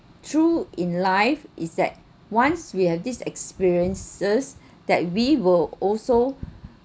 through in life is that once we have these experiences that we will also